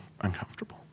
uncomfortable